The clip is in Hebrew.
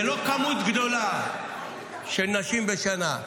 זה לא מספר גדול של נשים בשנה,